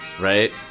right